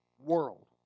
world